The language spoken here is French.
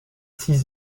six